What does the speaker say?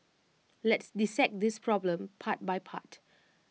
let's dissect this problem part by part